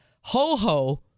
ho-ho